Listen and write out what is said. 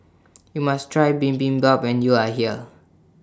YOU must Try Bibimbap when YOU Are here